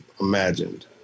imagined